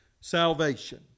salvation